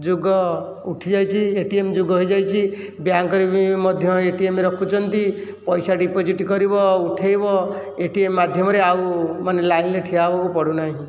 ଯୁଗ ଉଠିଯାଇଛି A T M ଯୁଗ ହେଇଯାଇଛି ବ୍ୟାଙ୍କରେ ବି ମଧ୍ୟ ଏ ଟି ଏମ୍ ରଖୁଛନ୍ତି ପଇସା ଡିପୋଜିଟ୍ କରିବ ଉଠାଇବ ଏ ଟି ଏମ୍ ମାଧ୍ୟମରେ ଆଉ ମାନେ ଲାଇନ୍ରେ ଠିଆ ହେବାକୁ ପଡ଼ୁନାହିଁ